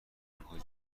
آمریکای